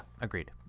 agreed